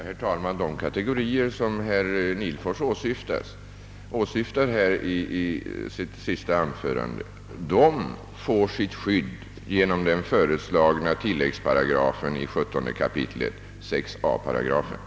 Herr talman! De kategorier som herr Nihlfoörs åsyftade i sitt senaste anförande får sitt skydd genom den föreslagna tilläggsparagrafen i 17 kap. handelsbalken, alltså 6 a 8.